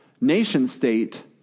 nation-state